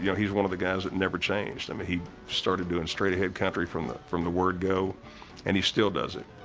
yeah he is one of the guys that never changed. i mean, he started doing straight-ahead country from the from the word go and he still does it.